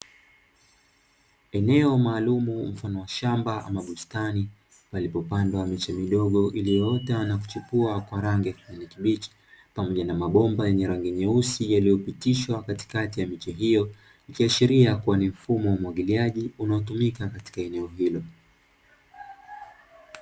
Eneo maalumu mfano wa shamba ama bustani, palipopandwa miche midogo iliyoota na kuchipua kwa rangi ya kijani kibichi, pamoja na mabomba yenye rangi nyeusi yaliyopitishwa katikati ya miche hiyo; ikiashiria kuwa ni mfumo wa umwagiliaji unaotumika katika eneo hilo.